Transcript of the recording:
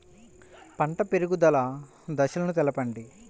పంట పెరుగుదల దశలను తెలపండి?